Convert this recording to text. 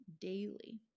daily